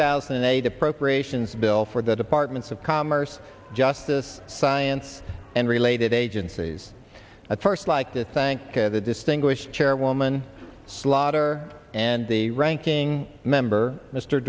thousand and eight appropriations bill for the departments of commerce justice science and related agencies at first like to thank the distinguished chairwoman slaughter and the ranking member mr